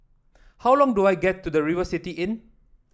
how long do I get to the River City Inn